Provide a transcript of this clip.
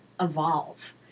evolve